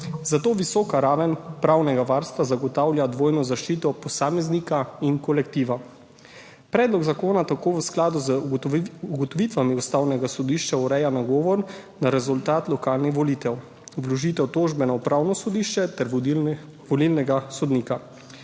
Zato visoka raven pravnega varstva zagotavlja dvojno zaščito – posameznika in kolektiva. Predlog zakona tako v skladu z ugotovitvami Ustavnega sodišča ureja ugovor na rezultat lokalnih volitev, vložitev tožbe na Upravno sodišče ter volilnega sodnika.